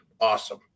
awesome